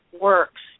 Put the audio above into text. works